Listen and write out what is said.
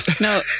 no